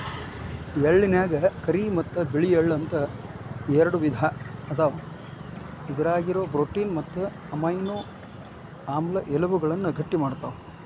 ಎಳ್ಳನ್ಯಾಗ ಕರಿ ಮತ್ತ್ ಬಿಳಿ ಎಳ್ಳ ಅಂತ ಎರಡು ವಿಧ ಅದಾವ, ಇದ್ರಾಗಿರೋ ಪ್ರೋಟೇನ್ ಮತ್ತು ಅಮೈನೋ ಆಮ್ಲ ಎಲಬುಗಳನ್ನ ಗಟ್ಟಿಮಾಡ್ತಾವ